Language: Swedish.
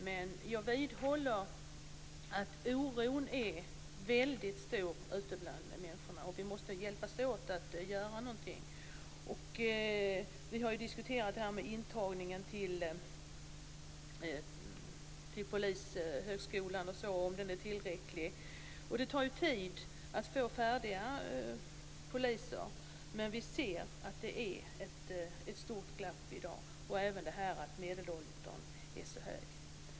Men jag vidhåller att oron är väldigt stor ute bland människorna, och vi måste hjälpas åt att göra någonting. Vi har diskuterat intagningen till Polishögskolan. Är den tillräcklig? Det tar tid att få fram färdiga poliser, men vi ser att det finns ett stort glapp i dag. Medelåldern är så hög.